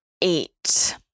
eight